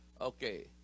okay